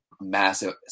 massive